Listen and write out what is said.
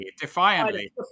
defiantly